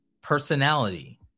personality